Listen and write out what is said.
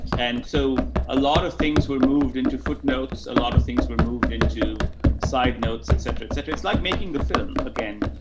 and so a lot of things were moved into footnotes, a lot of things were moved into side notes, et cetera, et cetera. it's like making the film again,